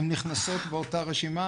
הן נכנסות באותה רשימה,